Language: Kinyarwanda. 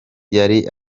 yari